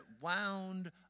wound